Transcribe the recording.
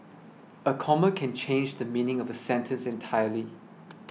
a comma can change the meaning of a sentence entirely